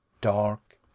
dark